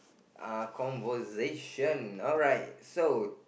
uh conversation so